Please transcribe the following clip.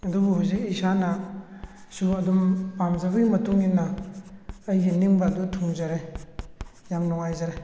ꯑꯗꯨꯕꯨ ꯍꯧꯖꯤꯛ ꯏꯁꯥꯅꯁꯨ ꯑꯗꯨꯝ ꯄꯥꯝꯖꯕꯒꯤ ꯃꯇꯨꯡ ꯏꯟꯅ ꯑꯩꯒꯤ ꯅꯤꯡꯕ ꯑꯗꯨ ꯊꯨꯡꯖꯔꯦ ꯌꯥꯝ ꯅꯨꯡꯉꯥꯏꯖꯔꯦ